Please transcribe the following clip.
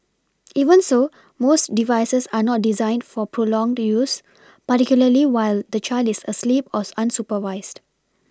even so most devices are not designed for prolonged use particularly while the child is asleep or unsupervised